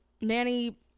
nanny